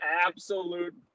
absolute